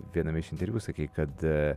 viename iš interviu sakei kad